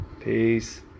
Peace